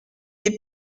est